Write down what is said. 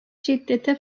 şiddete